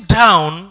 down